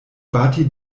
bati